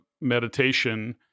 meditation